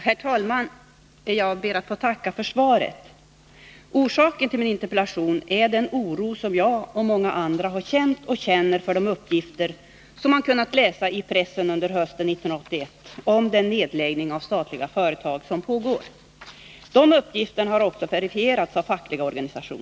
Herr talman! Jag tackar för svaret. Orsaken till min interpellation är den oro som jag och många andra har känt och känner med anledning av de uppgifter som man under hösten 1981 har kunnat läsa i pressen om den nedläggning av statliga företag som pågår. De uppgifterna har också verifierats av fackliga organisationer.